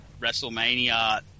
WrestleMania